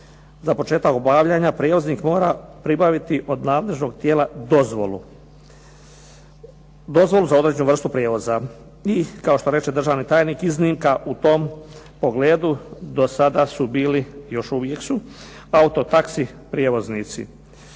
Za početak obavljanja prijevoznik mora pribaviti od nadležnog tijela dozvolu za određenu vrstu prijevoza. I kao što reče državni tajnik, iznimka u tom pogledu do sada su bili, još uvijek su, auto taxi prijevoznici.